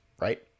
right